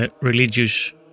religious